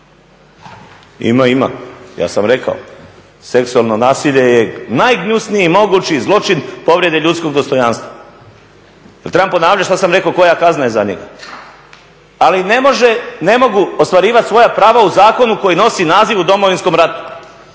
Ima, ima. Ja sam rekao, seksualno nasilje je najgnjusniji mogući zločin povrede ljudskog dostojanstva. Trebam ponavljati što sam rekao, koja kazna za njega? Ali ne mogu ostvarivati svoja prava u zakonu koji nosi naziv u Domovinskom ratu